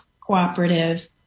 cooperative